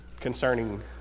concerning